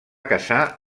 casar